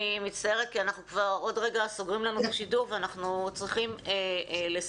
אני מצטערת כי עוד רגע סוגרים לנו את השידור ואנחנו צריכים לסכם.